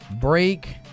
break